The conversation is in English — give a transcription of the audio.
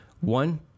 one